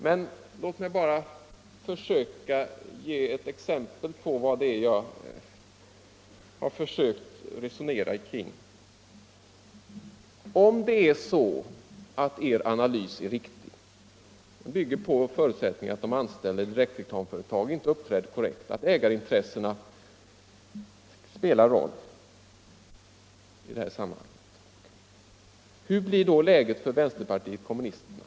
Men låt mig ändå ta det partiet som ett exempel. Om det är så att er analys är riktig — den bygger på förutsättningen att de anställda i ett direktreklamföretag inte uppträder korrekt utan läcker förtrolig information till ägarna — hur blir då läget för vänsterpartiet kommunisterna?